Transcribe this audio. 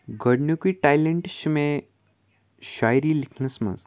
گۄڈٕنیُکُے ٹیلٮ۪نٹ چھِ مےٚ شٲعری لِکھنَس منٛز